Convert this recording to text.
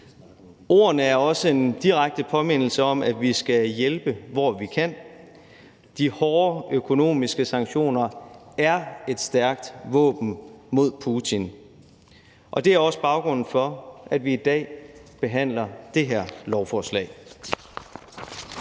Ordene er også en direkte påmindelse om, at vi skal hjælpe, hvor vi kan. De hårde økonomiske sanktioner er et stærkt våben mod Putin. Det er også baggrunden for, at vi i dag behandler det her lovforslag.